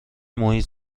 محیط